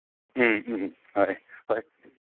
ꯎꯝ ꯎꯝ ꯍꯣꯏ ꯍꯣꯏ